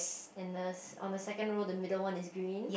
and the on the second row the middle one is green